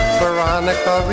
veronica